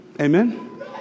Amen